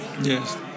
Yes